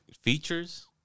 Features